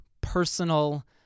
personal